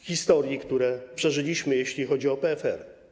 historii, które przeżyliśmy, jeśli chodzi o PFR.